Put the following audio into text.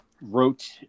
Wrote